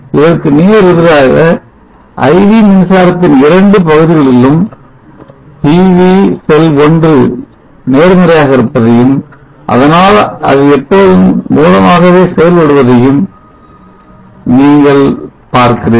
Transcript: அதற்கு நேரெதிராக IV மின்சாரத்தின் இரண்டு பகுதிகளிலும் PV செல் 1 நேர்மறையாக இருப்பதையும் அதனால் அது எப்போதும் மூலமாகவே இருப்பதையும் நீங்கள் பார்க்கிறீர்கள்